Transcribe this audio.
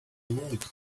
avoid